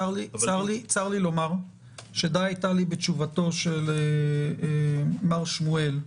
צר לי לומר שדי היה לי בתשובתו של מר שמואלי,